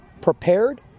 prepared